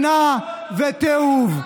שנאה ותיעוב?